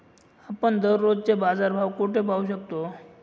आपण दररोजचे बाजारभाव कोठे पाहू शकतो?